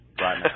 right